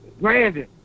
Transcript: Brandon